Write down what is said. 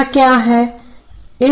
यह क्या है